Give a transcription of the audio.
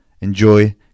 Enjoy